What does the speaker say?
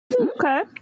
Okay